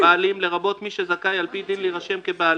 "בעלים" לרבות מי שזכאי על פי דין להירשם כבעלים,